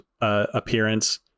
appearance